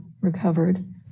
recovered